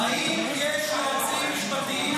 האם יש יועצים משפטיים במליאה?